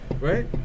right